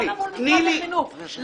למה מול משרד החינוך?